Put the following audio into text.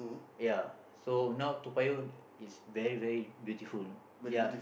ya so now Toa-Payoh is very very beautiful ya